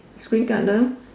is green colour